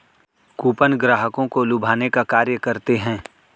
coupon ग्राहकों को लुभाने का कार्य करते हैं